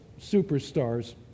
superstars